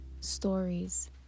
stories